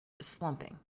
slumping